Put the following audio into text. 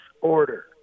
order